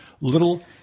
little